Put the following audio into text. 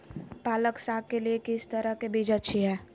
पालक साग के लिए किस तरह के बीज अच्छी है?